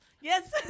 Yes